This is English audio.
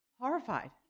horrified